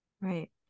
Right